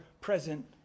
present